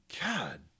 God